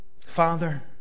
Father